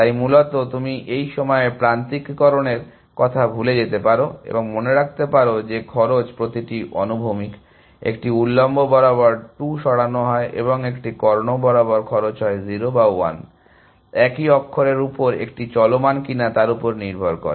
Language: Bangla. তাই মূলত তুমি এই সময়ে প্রান্তিককরণের কথা ভুলে যেতে পারো এবং মনে রাখতে পারো যে খরচ প্রতিটি অনুভূমিক একটি উল্লম্ব বরাবর 2 সরানো হয় এবং একটি কর্ণ বরাবর খরচ হয় 0 বা 1 একই অক্ষরের উপর একটি চলমান কিনা তার উপর নির্ভর করে